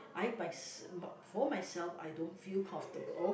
I mys~ for myself I don't feel comfortable